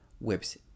whips